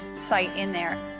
cite in there.